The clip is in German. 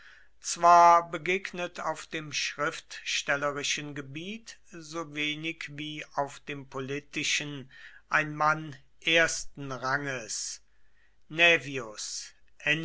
zwar begegnet auf dem schriftstellerischen gebiet so wenig wie auf dem politischen ein mann ersten ranges naevius